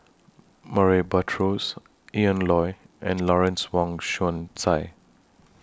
Murray Buttrose Ian Loy and Lawrence Wong Shyun Tsai